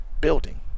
building